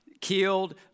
Killed